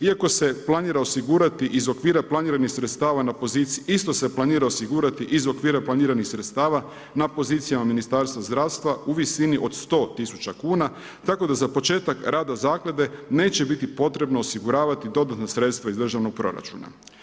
Iako se planira osigurati iz okvira planiranih sredstava na poziciji, isto se planira osigurati iz okvira planiranih sredstava na pozicijama Ministarstva zdravstva u visini od 100.000 kuna tako da za početak rada zaklade neće biti potrebno osiguravati dodatno sredstva iz državnog proračuna.